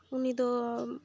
ᱩᱱᱤ ᱫᱚ